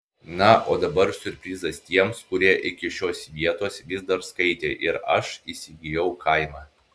na o dabar siurprizas tiems kurie iki šios vietos vis dar skaitė ir aš įsigijau kaimą